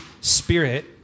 Spirit